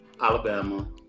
Alabama